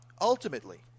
Ultimately